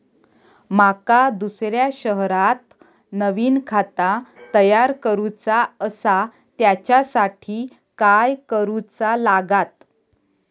माका दुसऱ्या शहरात नवीन खाता तयार करूचा असा त्याच्यासाठी काय काय करू चा लागात?